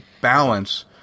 balance